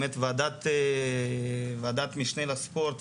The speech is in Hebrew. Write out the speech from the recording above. ועדת משנה לספורט,